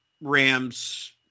Rams